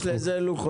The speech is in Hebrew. יש לזה לוחות זמנים?